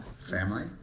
Family